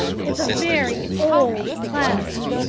it's a very old platter.